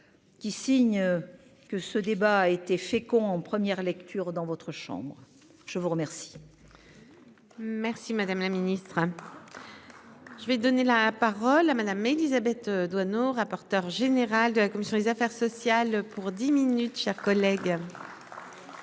qui signe que ce débat a été fécond en première lecture dans votre chambre, je vous remercie. Merci madame la ministre, je vais donner la parole à Madame Élisabeth. Tu dois rapporteur général de la commission des affaires sociales pour dix minutes chers collègues.